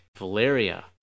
Valeria